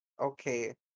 Okay